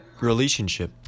relationship